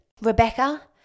Rebecca